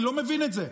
אני לא מבין את זה.